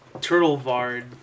turtle-vard